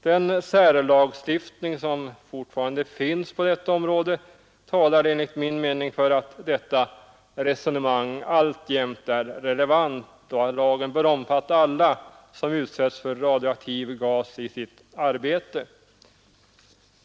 Den särlagstiftning som fortfarande finns på detta område talar enligt min mening för att detta resonemang alltjämt är relevant och att lagen bör omfatta alla som utsätts för radioaktiv gas i sitt arbete.